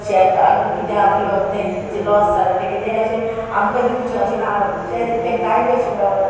शेताक किदें आपले बाबा तेंचे लॉस जाल्या ते किदेंय अशें आमकां दिवचें अशें म्हणलें तेंकांय बी अशें बा